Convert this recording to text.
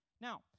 Now